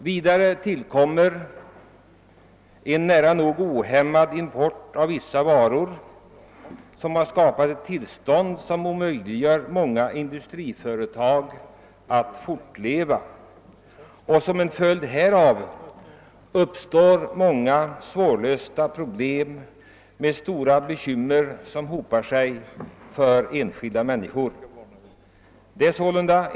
Vidare tillkommer en nära nog ohämmad import av vissa varor, som har skapat ett tillstånd där det är omöjligt för många industriföretag att fortleva. Som en följd härav uppstår många svårlösta problem, och stora bekymmer hopar sig för enskilda människor.